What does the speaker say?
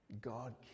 God